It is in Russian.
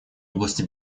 области